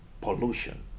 pollution